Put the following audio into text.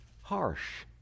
harsh